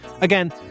Again